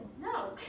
No